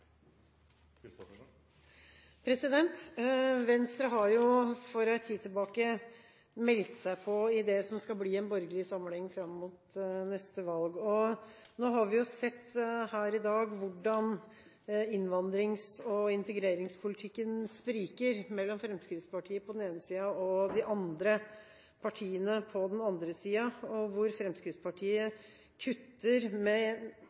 replikkordskifte. Venstre har for en tid tilbake meldt seg på det som skal bli en borgerlig samling fram mot neste valg. Vi har sett i dag hvordan innvandrings- og integreringspolitikken spriker mellom Fremskrittspartiet på den ene siden og de andre partiene på den andre siden, og at Fremskrittspartiet kutter med